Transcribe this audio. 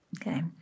Okay